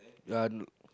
ya